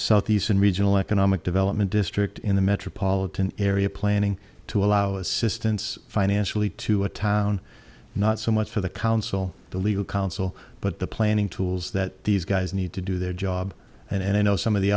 southeastern regional economic development district in the metropolitan area planning to allow assistance financially to a town not so much for the council the legal council but the planning tools that these guys need to do their job and i know some of the